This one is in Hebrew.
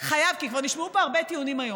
סליחה,